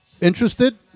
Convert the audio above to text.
interested